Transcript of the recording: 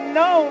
no